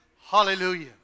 Hallelujah